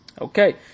Okay